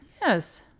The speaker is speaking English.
Yes